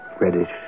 reddish